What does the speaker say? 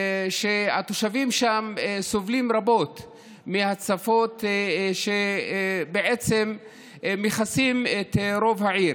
והתושבים שם סובלים רבות מהצפות שבעצם מכסות את רוב העיר.